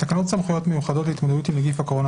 תקנות סמכויות מיוחדות להתמודדות עם נגיף הקורונה